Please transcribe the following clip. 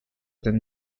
than